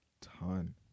ton